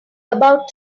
about